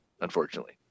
unfortunately